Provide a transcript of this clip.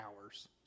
hours